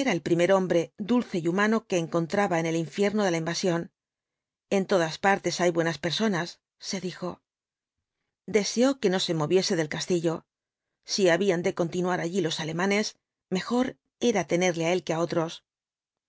era el primer hombre dulce y humano que encontraba en el infierno de la invasión en todas partes hay buenas personas se dijo deseó que no se moviese del castillo si habían de continuar allí los alemanes mejor era tenerle á él que á otros